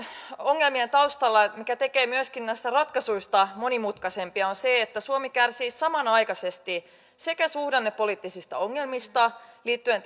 ongelmien taustalla mikä tekee myöskin näistä ratkaisuista monimutkaisempia on se että suomi kärsii samanaikaisesti sekä suhdannepoliittisista ongelmista liittyen